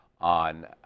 on